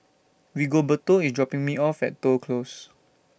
Rigoberto IS dropping Me off At Toh Close